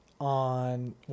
on